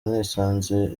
nisanze